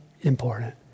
important